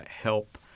help